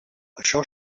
això